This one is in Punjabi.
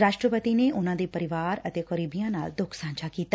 ਰਾਸ਼ਟਰਪਡੀ ਨੇ ਉਨਾਂ ਦੇ ਪਰਿਵਾਰ ਅਤੇ ਕਰੀਬੀਆਂ ਨਾਲ ਦੁੱਖ ਸਾਂਝਾ ਕੀਤਾ